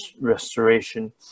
restoration